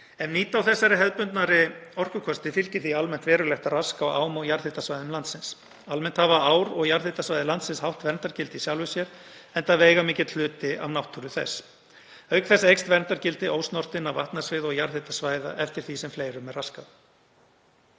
Ef nýta á þessa hefðbundnari orkukosti fylgir því almennt verulegt rask á ám og jarðhitasvæðum landsins. Almennt hafa ár og jarðhitasvæði landsins hátt verndargildi í sjálfu sér enda veigamikill hluti af náttúru þess. Auk þess eykst verndargildi ósnortinna vatnasviða og jarðhitasvæða eftir því sem fleirum er raskað.